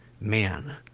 man